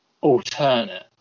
alternate